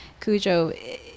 Cujo